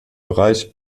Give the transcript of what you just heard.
bereich